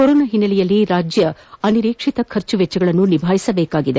corona ಹಿನ್ನೆಲೆಯಲ್ಲಿ ರಾಜ್ಯ ಅನಿರೀಕ್ಷಿತ ಖರ್ಚುವೆಚ್ಚವನ್ನು ನಿಭಾಯಿಸಬೇಕಾಗಿದೆ